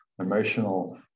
emotional